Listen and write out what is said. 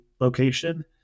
location